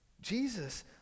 Jesus